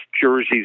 jerseys